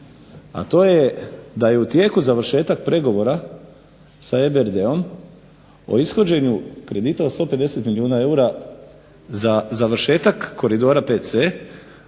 a to je da je u tijeku završetak pregovora sa EBRD-om o ishođenju kredita od 150 milijuna eura za završetak koridora VC